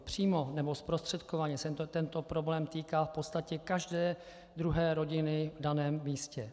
Přímo nebo zprostředkovaně se tento problém týká v podstatě každé druhé rodiny v daném místě.